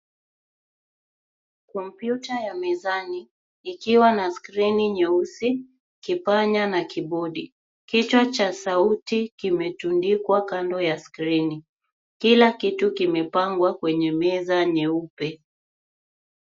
Kompyuta ya mezani ikiwa na skrini nyeusi, kipanya na kibodi. Kichwa cha sauti kimetundikwa kando ya skrini. Kila kitu kimepangwa kwenye meza nyeupe.